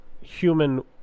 human